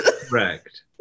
correct